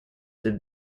did